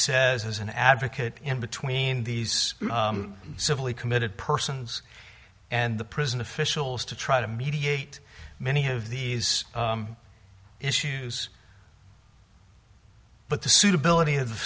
says as an advocate in between these civilly committed persons and the prison officials to try to mediate many of these issues but the suitability of